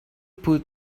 put